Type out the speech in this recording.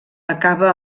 acaba